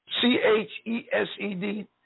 C-H-E-S-E-D